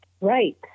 Right